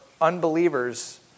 unbelievers